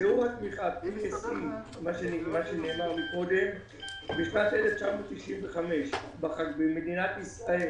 שיעור התמיכה בשנת 1995 במדינת ישראל